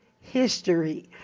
history